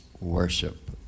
worship